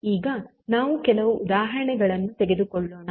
ಈಗ ನಾವು ಕೆಲವು ಉದಾಹರಣೆಗಳನ್ನು ತೆಗೆದುಕೊಳ್ಳೋಣ